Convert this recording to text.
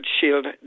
Shield